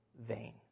vain